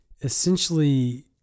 essentially